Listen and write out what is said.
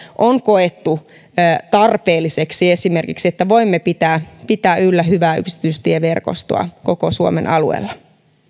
on esimerkiksi koettu tarpeelliseksi niin että voimme pitää pitää yllä hyvää yksityistieverkostoa koko suomen alueella